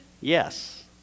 yes